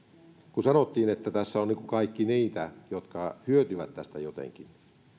kun sanottiin että tässä ovat kaikki niitä jotka hyötyvät tästä jotenkin